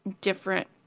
different